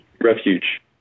refuge